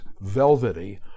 velvety